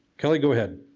kelly go ahead.